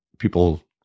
People